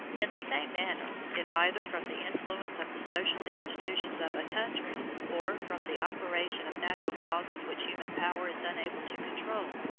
in the same manner, if, either from the influence of the social institutions of a country, or from the operation of natural causes which human power is unable to control,